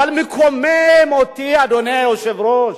אבל מקומם אותי, אדוני היושב-ראש,